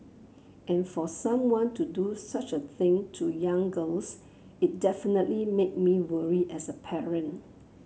and for someone to do such a thing to young girls it definitely made me worry as a parent